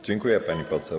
Dziękuję, pani poseł.